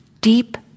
deep